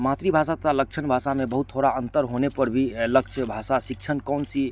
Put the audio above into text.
मातृभाषा तथा लक्षण भाषा में बहुत थोड़ा अंतर होने पर भी लक्ष्य भाषा शिक्षण कौन सी